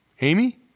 Amy